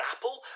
apple